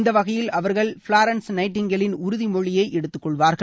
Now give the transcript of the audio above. இந்த வகையில் அவர்கள் ஃபிலாரன்ஸ் நைட்டிங்கேகலின் உறுதிமொழியை எடுத்துக்கொள்வார்கள்